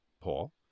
Paul